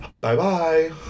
Bye-bye